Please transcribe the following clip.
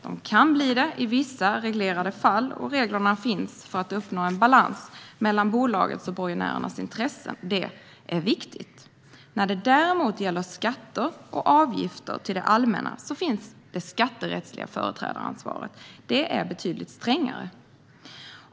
Men de kan bli det i vissa reglerade fall, och reglerna finns för att uppnå en balans mellan bolagets och borgenärernas intressen. Det är viktigt. När det däremot gäller skatter och avgifter till det allmänna finns det skatterättsliga företrädaransvaret. Det är betydligt strängare.